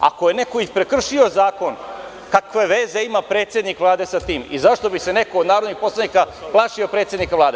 Ako je neko i prekršio zakon, kakve veze ima predsednik Vlade sa tim i zašto bi se neko od narodnih poslanika plašio predsednika Vlade?